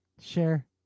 Sure